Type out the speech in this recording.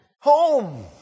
Home